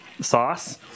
sauce